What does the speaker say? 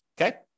Okay